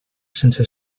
sense